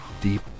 deep